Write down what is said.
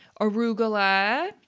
arugula